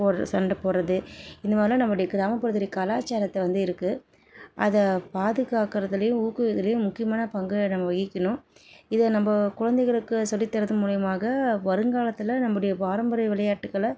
போடுற சண்டை போடுறது இந்த மாதிரிலாம் நம்முடைய கிராமப்புறத்தோடைய கலாச்சாரத்தை வந்து இருக்குது அதை பாதுகாக்கிறதுலையும் ஊக்குவிக்கிறதுலையும் முக்கியமான பங்கு நம்ம வகிக்கணும் இதை நம்ப குழந்தைகளுக்கு சொல்லித்தரது மூலயமாக வருங்காலத்தில் நம்முடைய பாரம்பரிய விளையாட்டுக்களை